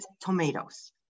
tomatoes